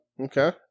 Okay